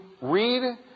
read